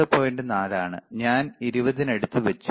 4 ആണ് ഞാൻ 20തിനടുത്തു വെച്ചു